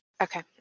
Okay